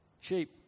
Sheep